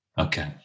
Okay